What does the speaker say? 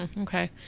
Okay